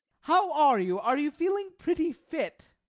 how are you? are you feeling pretty fit?